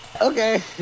Okay